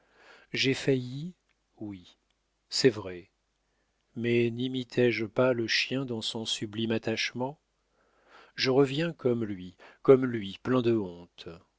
j'ai failli oui c'est vrai mais nimité je pas le chien dans son sublime attachement je reviens comme lui comme lui plein de honte